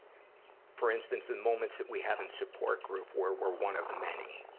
for instance, the moments we have in support groups where we're one of the many.